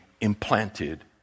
implanted